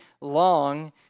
long